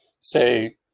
say